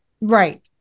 Right